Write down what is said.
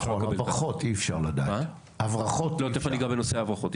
תכף אני אגע בנושא ההברחות.